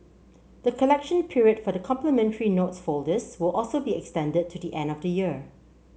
the collection period for the complimentary notes folders will also be extended to the end of the year